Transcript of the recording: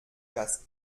gas